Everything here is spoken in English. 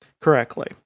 correctly